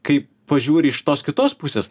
kai pažiūri iš tos kitos pusės